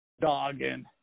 dogging